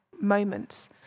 Moments